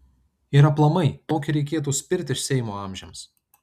ir aplamai tokį reikėtų spirt iš seimo amžiams